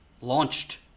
launched